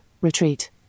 retreat